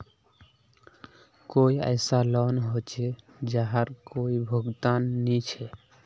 कोई ऐसा लोन होचे जहार कोई भुगतान नी छे?